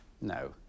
No